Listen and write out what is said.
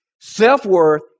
Self-worth